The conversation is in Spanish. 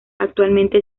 actualmente